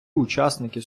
учасники